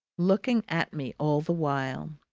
looking at me all the while.